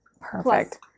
Perfect